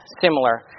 similar